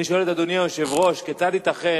אני שואל את אדוני היושב-ראש: כיצד ייתכן,